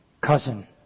cousin